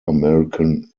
american